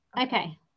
okay